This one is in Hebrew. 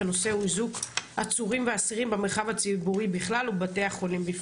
הנושא הוא איזוק עצורים ואסירים במרחב הציבורי בכלל ובבתי החולים בפרט.